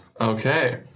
Okay